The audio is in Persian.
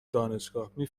دانشگاهمی